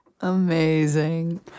Amazing